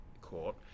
Court